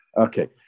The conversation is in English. Okay